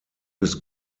bis